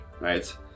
right